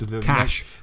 cash